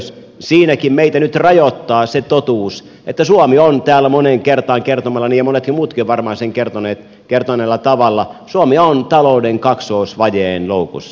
siinäkin meitä nyt rajoittaa se totuus että suomi on täällä moneen kertaan kertomallani tavalla ja monet muutkin ovat varmaan sen kertoneet talouden kaksoisvajeen loukussa